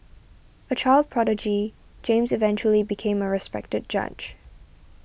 a child prodigy James eventually became a respected judge